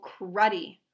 cruddy